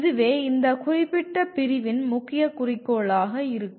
இதுவே இந்த குறிப்பிட்ட பிரிவின் முக்கிய குறிக்கோளாக இருக்கும்